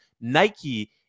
Nike